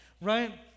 Right